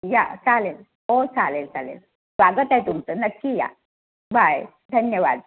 या चालेल हो चालेल चालेल स्वागत आहे तुमचं नक्की या बाय धन्यवाद